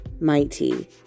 mighty